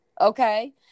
Okay